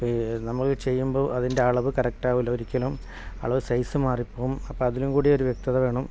നമ്മൾ ചെയ്യുമ്പോൾ അതിൻ്റെ അളവ് കറക്റ്റാവില്ല ഒരിക്കലും അളവ് സൈസ് മാറിപ്പോകും അപ്പോൾ അതിനും കൂടി ഒരു വ്യക്തത വേണം